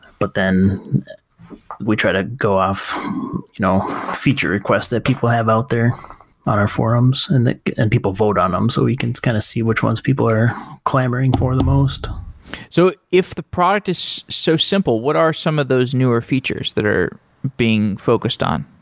but then we try to go off you know feature requests that people have out there on our forums. and and people vote on them, so we can kind of see which ones people are clamoring for the most so if the product is so simple, what are some of those newer features that are being focused on?